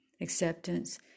acceptance